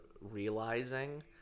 realizing